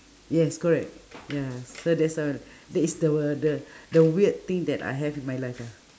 yes correct ya so that's a that is the one the the the weird thing that I have in my life ya